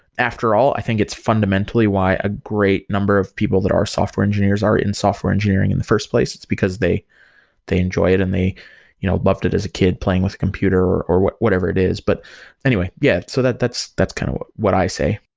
after all, i think it's fundamentally why a great number of people that are software engineers are in software engineering in the first place. it's because they they enjoy it and they you know loved it as a kid playing with computer or whatever it is. but anyway, yeah, so that's that's kind of what i say.